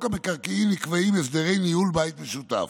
בחוק המקרקעין נקבעים הסדרי ניהול בית משותף,